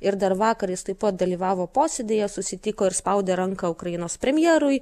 ir dar vakar jis taip pat dalyvavo posėdyje susitiko ir spaudė ranką ukrainos premjerui